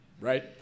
right